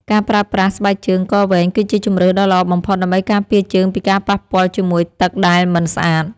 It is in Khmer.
ការប្រើប្រាស់ស្បែកជើងកវែងគឺជាជម្រើសដ៏ល្អបំផុតដើម្បីការពារជើងពីការប៉ះពាល់ជាមួយទឹកដែលមិនស្អាត។